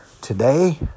today